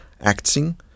acting